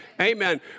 Amen